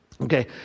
Okay